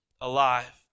alive